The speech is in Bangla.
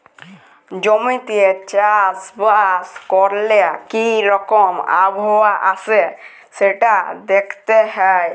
জমিতে চাষ বাস ক্যরলে কি রকম আবহাওয়া আসে সেটা দ্যাখতে হ্যয়